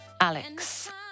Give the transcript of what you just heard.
Alex